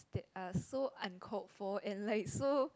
that are so uncalled for and like so